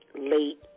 late